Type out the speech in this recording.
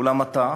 ואולם עתה